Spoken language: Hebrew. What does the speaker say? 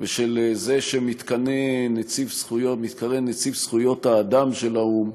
ומזה שמתכנה נציב זכויות האדם של האו"ם.